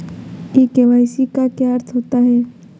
ई KYC का क्या अर्थ होता है?